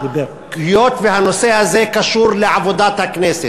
היות שהנושא הזה קשור לעבודת הכנסת,